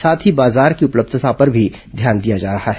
साथ ही बाजार की उपलब्यता पर भी ध्यान दिया जा रहा है